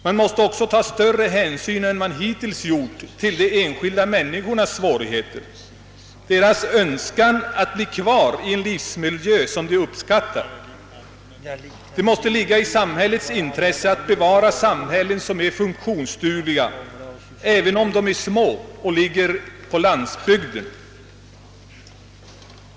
Man måste också ta större hänsyn än man gjort hittills till de enskilda människornas svårigheter, deras önskan att bli kvar i den livsmiljö de uppskattar. Det måste ligga i samhällets intresse att bevara sådana orter som är funktionsdugliga även om de är små och ligger på landsbygden.